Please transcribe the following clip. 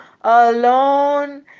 alone